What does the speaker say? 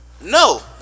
No